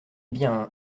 bien